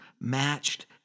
matched